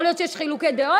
יכול להיות שיש חילוקי דעות,